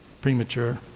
premature